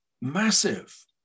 massive